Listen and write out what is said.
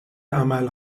عمل